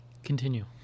continue